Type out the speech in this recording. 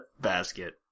Basket